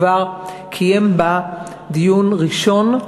כבר קיים בה דיון ראשון,